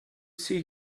see